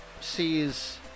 sees